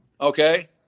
Okay